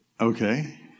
Okay